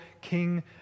King